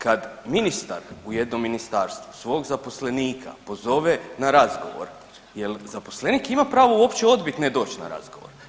Kada ministar u jednom ministarstvu svog zaposlenika pozove na razgovor, jel' zaposlenik ima pravo uopće odbiti ne doći na razgovor?